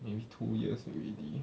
maybe two years already